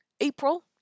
April